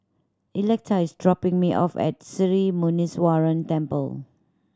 Electa is dropping me off at Sri Muneeswaran Temple